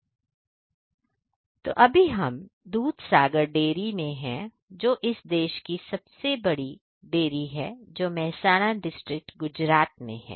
तू अभी हम हम उस दूधसागर डेयरी में है जो इस देश की सबसे बड़ी डेयरी है जो मेहसाना डिस्टिक गुजरात में है